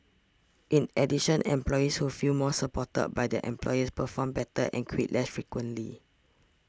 in addition employees who feel more supported by their employers perform better and quit less frequently